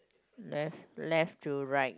left left to right